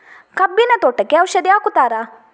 ಕಬ್ಬಿನ ತೋಟಕ್ಕೆ ಔಷಧಿ ಹಾಕುತ್ತಾರಾ?